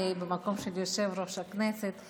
במקום של יושב-ראש הכנסת.